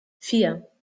vier